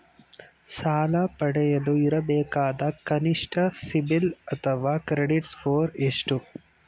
ಸಾಲ ಪಡೆಯಲು ಇರಬೇಕಾದ ಕನಿಷ್ಠ ಸಿಬಿಲ್ ಅಥವಾ ಕ್ರೆಡಿಟ್ ಸ್ಕೋರ್ ಎಷ್ಟು?